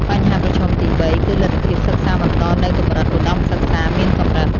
បញ្ហាប្រឈមទី៣ គឺលទ្ធភាពសិក្សាបន្តនៅកម្រិតឧត្ដមសិក្សាមានកម្រិត។